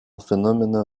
phenomena